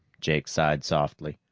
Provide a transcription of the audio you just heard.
jake sighed softly.